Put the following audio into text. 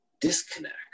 disconnect